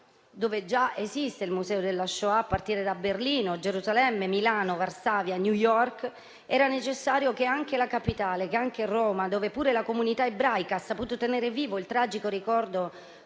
dove già esiste un museo della Shoah - a partire da Berlino, Gerusalemme, Milano, Varsavia, New York - era necessario che anche Roma, la capitale, dove pure la comunità ebraica ha saputo tenere vivo il tragico ricordo